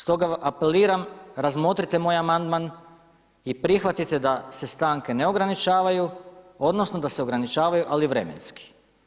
Stoga apeliram, razmotrite moj amandman i prihvatite da se stanke ne ograničavaju odnosno da se ograničavaju ali vremenski.